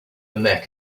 neck